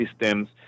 systems